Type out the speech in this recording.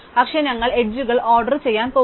പക്ഷെ ഞങ്ങൾ അരികുകൾ ഓർഡർ ചെയ്യാൻ പോകുന്നു